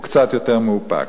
הוא קצת יותר מאופק.